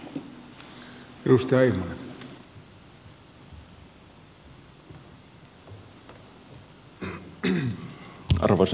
arvoisa herra puhemies